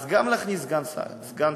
אז גם להכניס סגן שר,